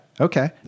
Okay